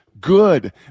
good